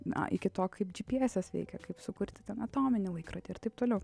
na iki to kaip gpsas veikia kaip sukurti ten atominį laikrodį ir taip toliau